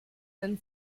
den